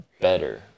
better